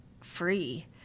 free